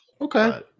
okay